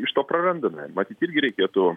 iš to prarandame matyt irgi reikėtų